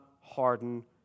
harden